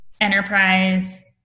enterprise